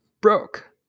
broke